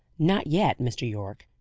not yet, mr. yorke.